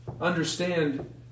understand